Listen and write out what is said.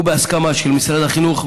ובהסכמה של משרד החינוך,